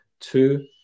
two